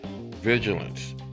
vigilance